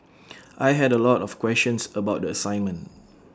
I had A lot of questions about the assignment